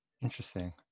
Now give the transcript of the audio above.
Interesting